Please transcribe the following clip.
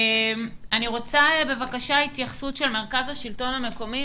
אני רוצה בבקשה התייחסות של מרכז השלטון המקומי.